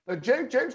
James